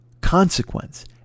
consequence